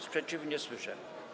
Sprzeciwu nie słyszę.